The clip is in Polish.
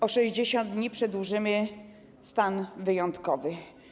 O 60 dni przedłużymy stan wyjątkowy.